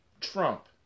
Trump